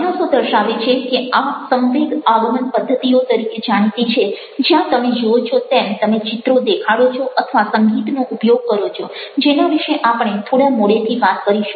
અભ્યાસો દર્શાવે છે કે આ સંવેગ આગમન પદ્ધતિઓ તરીકે જાણીતી છે જ્યાં તમે જુઓ છો તેમ તમે ચિત્રો દેખાડો છો અથવા સંગીતનો ઉપયોગ કરો છો જેના વિશે આપણે થોડા મોડેથી વાત કરીશું